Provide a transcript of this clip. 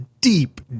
deep